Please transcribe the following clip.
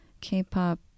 K-pop